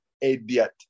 idiot